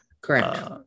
Correct